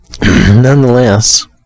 Nonetheless